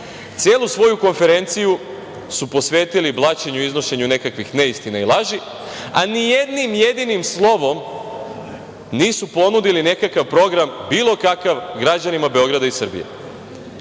Celu svoju konferenciju su posvetili blaćenju i iznošenju nekakvih neistina i laži, a nijednim jedinim slovom nisu ponudili nekakav program, bilo kakav, građanima Beograda i Srbije.O